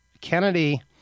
Kennedy